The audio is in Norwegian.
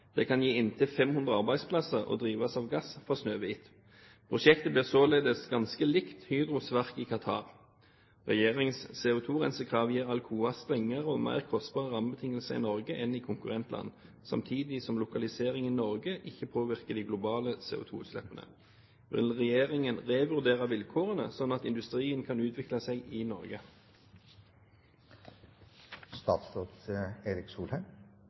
Det kan gi inntil 500 arbeidsplasser og drives av gass fra Snøhvit. Prosjektet blir således ganske likt Hydros verk i Qatar. Regjeringens CO2-rensekrav gir Alcoa strengere og mer kostbare rammebetingelser i Norge enn i konkurrentland, samtidig som lokalisering i Norge ikke påvirker de globale CO2-utslippene. Vil regjeringen revurdere vilkårene slik at industrien kan utvikle seg i